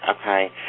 okay